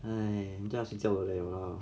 !hais! 你家睡觉累了 lah